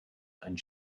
and